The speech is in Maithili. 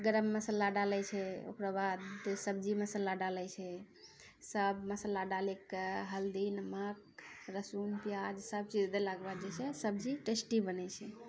गरम मसल्ला डालै छै ओकरा बाद सब्जी मसल्ला डालै छै सब मसल्ला डालिके हल्दी नमक लहसुन पिआज सबचीज देलाके बाद जे छै सब्जी टेस्टी बनै छै